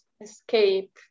escape